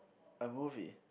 a movie